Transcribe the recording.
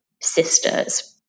sisters